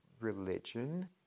religion